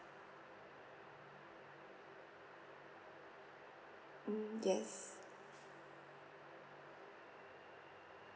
mm yes